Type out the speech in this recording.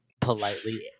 politely